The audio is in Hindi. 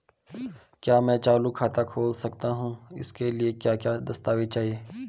क्या मैं चालू खाता खोल सकता हूँ इसके लिए क्या क्या दस्तावेज़ चाहिए?